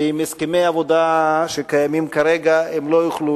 עם הסכמי עבודה שקיימים כרגע הם לא יוכלו